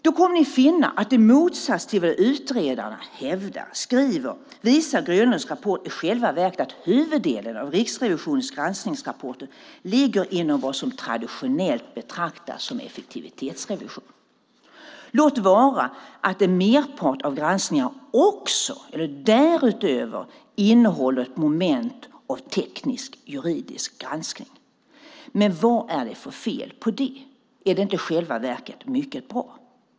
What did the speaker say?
Då kommer ni att finna att i motsats till vad utredaren hävdar och skriver visar Grönlunds rapport i själva verket att huvuddelen av Riksrevisionens granskningsrapporter ligger inom vad som traditionellt betraktas som effektivitetsrevision - låt vara att en merpart av granskningarna därutöver också innehåller ett moment av teknisk-juridisk granskning. Men vad är det för fel på det? Är inte det i själva verket mycket bra?